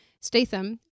Statham